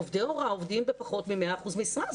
עובדי הוראה עובדים בפחות מ-100% משרה.